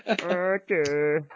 Okay